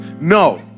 No